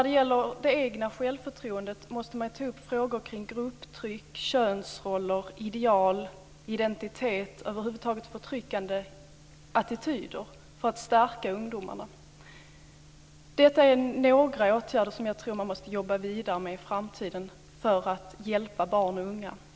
Beträffande det egna självförtroendet måste man ta upp frågor kring grupptryck, könsroll och ideal, identitet, över huvud taget förtryckande attityder, för att stärka ungdomarna. Detta är några åtgärder som jag tror man måste jobba vidare med i framtiden för att hjälpa barn och unga.